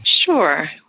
Sure